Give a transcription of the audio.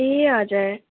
ए हजुर